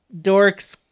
dorks